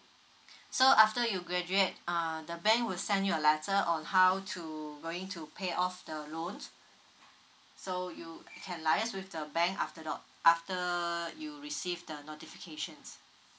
so after you graduate uh the bank will send you a letter on how to going to pay off the loan so you can liaise with the bank after the after you received the notifications